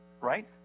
right